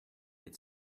had